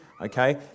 okay